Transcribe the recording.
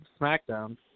SmackDown